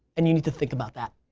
and you need to think about that.